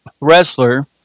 wrestler